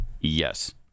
Yes